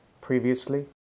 previously